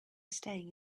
staying